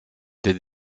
des